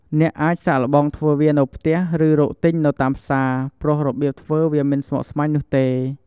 អ្នកអាចសាកល្បងធ្វើវានៅផ្ទះ ឬរកទិញនៅតាមផ្សារ ព្រោះរបៀបធ្វើវាមិនស្មុគស្មាញនោះទេ។